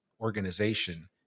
organization